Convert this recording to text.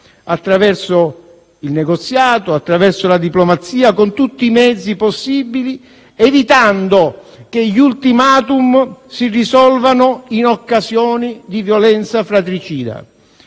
attraverso il negoziato e la diplomazia con tutti i mezzi possibili, evitando che gli *ultimatum* si risolvano in occasioni di violenza fratricida.